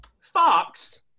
Fox